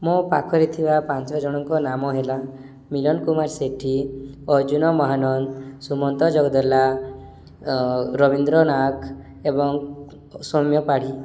ମୋ ପାଖରେ ଥିବା ପାଞ୍ଚଜଣଙ୍କ ନାମ ହେଲା ମିଲନ କୁମାର ସେଠୀ ଅର୍ଜୁନ ମହାନନ୍ଦ ସୁମନ୍ତ ଜଗଦଲା ରବୀନ୍ଦ୍ର ନାଗ ଏବଂ ସୌମ୍ୟ ପାଢ଼ୀ